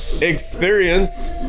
experience